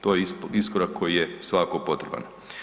To je iskorak koji je svakako potreban.